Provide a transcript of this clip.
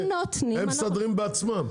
הם מסדרים בעצמם,